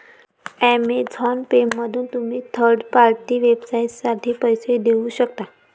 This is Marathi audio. अमेझॉन पेमधून तुम्ही थर्ड पार्टी वेबसाइटसाठी पैसे देऊ शकता